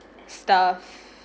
stuff